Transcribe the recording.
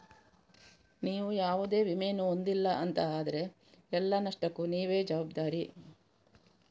ನೀವು ಯಾವುದೇ ವಿಮೆಯನ್ನ ಹೊಂದಿಲ್ಲ ಅಂತ ಆದ್ರೆ ಎಲ್ಲ ನಷ್ಟಕ್ಕೂ ನೀವೇ ಜವಾಬ್ದಾರಿ